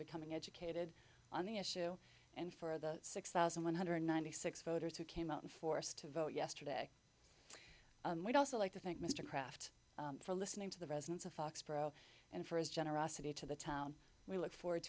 becoming educated on the issue and for the six thousand one hundred ninety six voters who came out in force to vote yesterday and we'd also like to thank mr kraft for listening to the residents of foxboro and for his generosity to the town we look forward